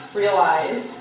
realize